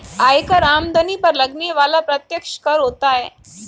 आयकर आमदनी पर लगने वाला प्रत्यक्ष कर होता है